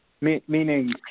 meaning